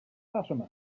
fatima